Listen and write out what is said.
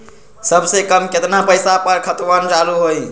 सबसे कम केतना पईसा पर खतवन चालु होई?